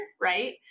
right